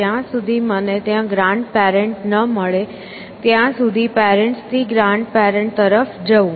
જ્યાં સુધી મને ત્યાં ગ્રાન્ડ પેરેન્ટ ન મળે ત્યાં સુધી પેરેન્ટ્સ થી ગ્રાન્ડ પેરેન્ટ તરફ જવું